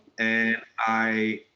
and i,